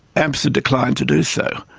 amsa declined to do so,